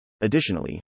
Additionally